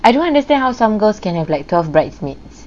I don't understand how some girls can have like twelve bridesmaids